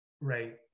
right